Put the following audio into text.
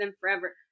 forever